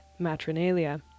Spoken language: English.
matronalia